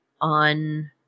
on